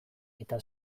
eta